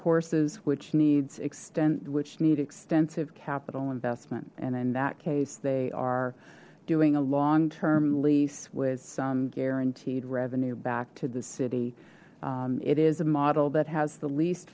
courses which needs extent which need extensive capital investment and in that case they are doing a long term lease with some guaranteed revenue back to the city it is a model that has the least